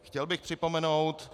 Chtěl bych připomenout